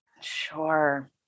Sure